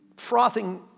frothing